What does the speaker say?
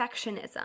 perfectionism